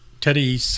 Teddy